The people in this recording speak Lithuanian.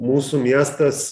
mūsų miestas